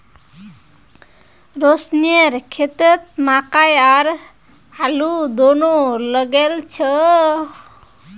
रोशनेर खेतत मकई और आलू दोनो लगइल छ